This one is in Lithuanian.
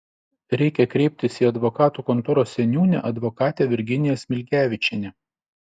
reikia kreiptis į advokatų kontoros seniūnę advokatę virginiją smilgevičienę